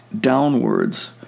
downwards